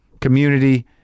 community